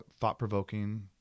thought-provoking